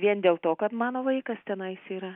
vien dėl to kad mano vaikas tenais yra